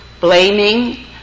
blaming